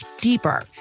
deeper